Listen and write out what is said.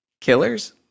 Killers